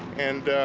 and